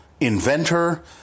inventor